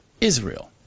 Israel